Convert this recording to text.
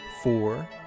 Four